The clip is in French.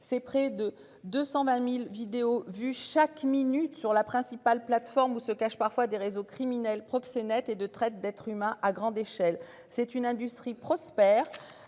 c'est près de 220.000 vidéos vues chaque minute sur la principale plateforme où se cachent parfois des réseaux criminels proxénètes et de traite d'être s'humains à grande échelle. C'est une industrie prospère.